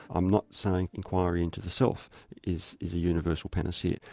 i'm not saying inquiry into the self is is a universal panacea.